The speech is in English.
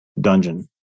dungeon